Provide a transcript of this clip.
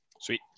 sweet